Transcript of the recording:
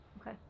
Okay